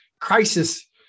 crisis